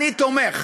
אני תומך.